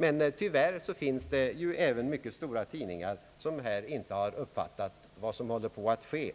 Men tyvärr finns det även mycket stora tidningar som inte uppfattat vad som håller på att ske här.